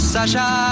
Sasha